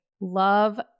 love